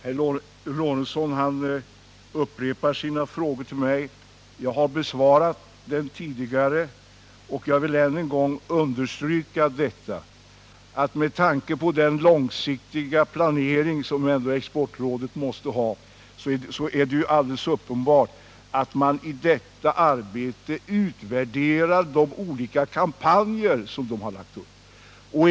Herr talman! Gustav Lorentzon upprepar sina frågor till mig. Jag har besvarat dem tidigare, men jag vill än en gång understryka att med tanke på den långsiktiga planering som Exportrådet ändå måste ha, så är det alldeles uppenbart att man i detta arbete utvärderar de olika kampanjer som man har lagt upp.